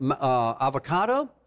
avocado